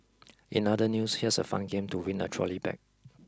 in other news here's a fun game to win a trolley bag